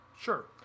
Sure